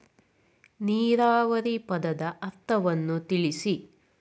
ನೀರಾವರಿ ಪದದ ಅರ್ಥವನ್ನು ತಿಳಿಸಿ?